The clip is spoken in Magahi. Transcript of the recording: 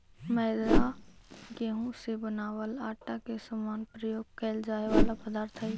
मैदा गेहूं से बनावल आटा के समान प्रयोग कैल जाए वाला पदार्थ हइ